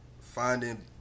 finding